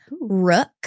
Rook